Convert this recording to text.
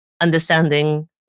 understanding